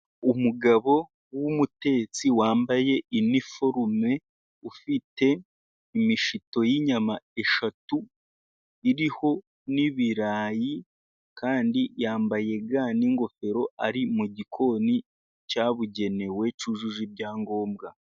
Umugabo w'umutetsi wambaye iniforume ufite imishito y'inyama eshatu iriho n'ibirayi, kandi yambaye ga n'ingofero, ari mu gikoni cyabugenewe cyujuje ibyangombwa.